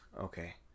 Okay